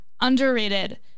Underrated